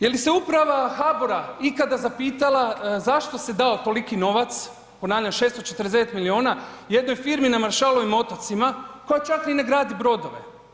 Je li se uprava HBOR-a ikada zapitala zašto se dao toliki novac, ponavljam, 649 milijuna jednoj firmi na Maršalovim otocima koje čak ni ne gradi brodove?